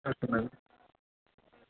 okay madam